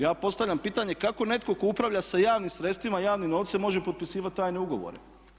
Ja postavljam pitanje kako netko tko upravlja sa javnim sredstvima, javnim novcem može potpisivati tajne ugovore?